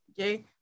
Okay